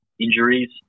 injuries